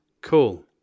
Cool